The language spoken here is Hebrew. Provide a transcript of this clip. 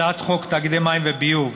הצעת חוק תאגידי מים וביוב,